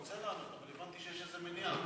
אני רוצה לענות, אבל יש איזו מניעה.